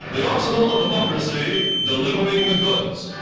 the arsenal of democracy delivering the goods